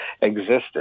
existed